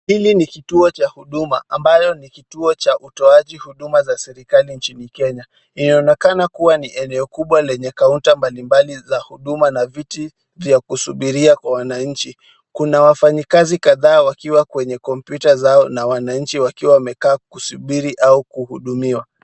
Hili ni kituo cha huduma ambayo ni kituo cha utoaji huduma za serikali nchini Kenya. Inaonekana kuwa ni eneo kubwa lenye counter mbalimbali za huduma na viti vya kusubiria kwa wananchi. Kuna wafanyikazi kadhaa wakiwa kwenye kompiuta zao na wananchi wakiwa wamekaa kusubiri au kuhudumiwa.